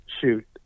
shoot